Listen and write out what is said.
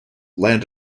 land